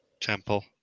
temple